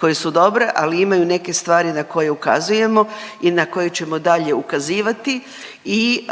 koje su dobre, ali imaju i neke stvari na koje ukazujemo i na koje ćemo i dalje ukazivati. I